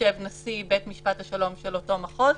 יושב נשיא בית משפט השלום של אותו מחוז,